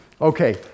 Okay